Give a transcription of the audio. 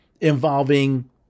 involving